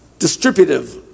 Distributive